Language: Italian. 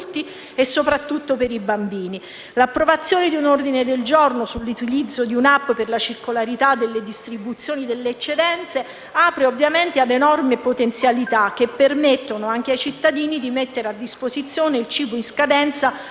L'approvazione di un ordine del giorno sull'utilizzo di un'*app* per la circolarità della distribuzione delle eccedenze apre ovviamente ad enormi potenzialità, che permettono anche ai cittadini di mettere a disposizione il cibo in scadenza